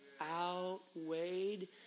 outweighed